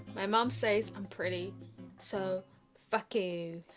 my mom says i'm pretty so fuck you